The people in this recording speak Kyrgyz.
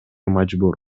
мажбур